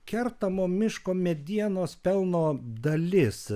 kertamo miško medienos pelno dalis